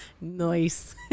Nice